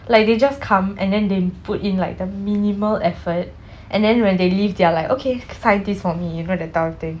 like they just come and then they put in like the minimal effort and then when they leave they are like okay sign this for me you know that type of thing